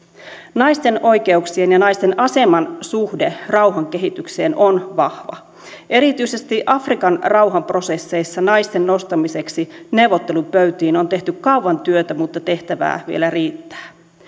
naisten oikeuksien ja naisten aseman suhde rauhankehitykseen on vahva erityisesti afrikan rauhanprosesseissa naisten nostamiseksi neuvottelupöytiin on tehty kauan työtä mutta tehtävää vielä riittää